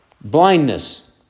blindness